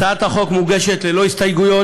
הצעת החוק מוגשת ללא הסתייגויות,